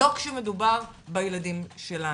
לא כשמדובר בילדים שלנו.